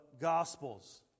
Gospels